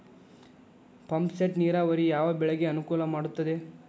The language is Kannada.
ಪಂಪ್ ಸೆಟ್ ನೇರಾವರಿ ಯಾವ್ ಬೆಳೆಗೆ ಅನುಕೂಲ ಮಾಡುತ್ತದೆ?